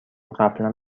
قبلا